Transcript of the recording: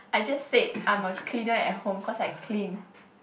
I just said I'm a cleaner at home cause I clean